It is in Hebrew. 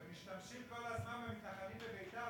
ומשתמשים כל הזמן במתנחלים מביתר,